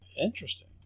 Interesting